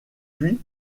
puis